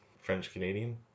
French-Canadian